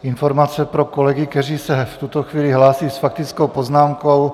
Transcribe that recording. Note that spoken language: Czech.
Informace pro kolegy, kteří se v tuto chvíli hlásí s faktickou poznámkou.